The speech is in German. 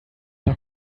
nach